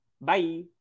Bye